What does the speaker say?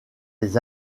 les